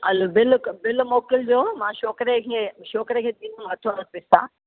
हल बिल क बिल मोकिलिजो मां छोकिरे खे छोकिरे खे ॾींदमि हथो हथ पैसा